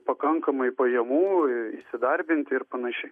pakankamai pajamų įsidarbinti ir panašiai